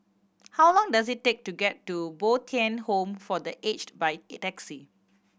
how long does it take to get to Bo Tien Home for The Aged by taxi